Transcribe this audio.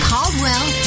Caldwell